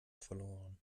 verloren